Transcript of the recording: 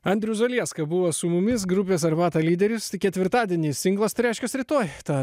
andrius zalieska buvo su mumis grupės arbata lyderis ketvirtadienį singlas tai reiškias rytoj ta